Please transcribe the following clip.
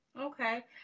okay